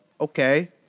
okay